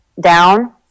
down